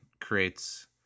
creates